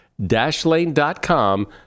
Dashlane.com